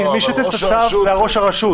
מי שייתן את הצו הוא ראש הרשות.